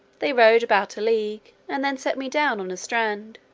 they rowed about a league, and then set me down on a strand.